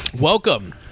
Welcome